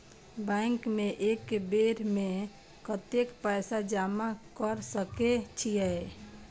Bank में एक बेर में कतेक पैसा जमा कर सके छीये?